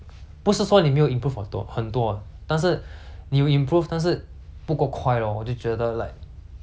你有 improve 但是不够快 lor 我就觉得 like ya 不够快 lor like not fast enough to